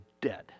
dead